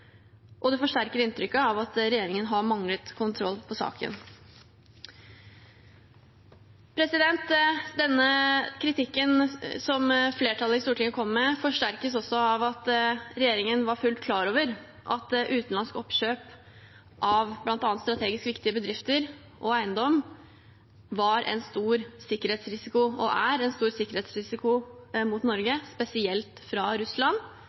og det forsterker inntrykket av at regjeringen har manglet kontroll med saken. Denne kritikken som flertallet i Stortinget kommer med, forsterkes også av at regjeringen var fullt klar over at utenlandske oppkjøp av bl.a. strategisk viktige bedrifter og eiendom var og er en stor sikkerhetsrisiko for Norge, spesielt fra Russland.